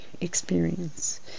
experience